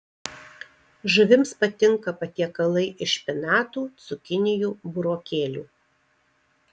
žuvims patinka patiekalai iš špinatų cukinijų burokėlių